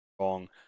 wrong